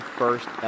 first